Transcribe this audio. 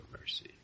mercy